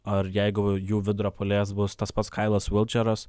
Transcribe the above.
ar jeigu jų vidurio puolėjas bus tas pats kailas vilčeras